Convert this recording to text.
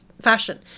fashion